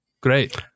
Great